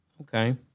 Okay